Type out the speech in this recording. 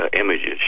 images